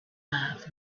love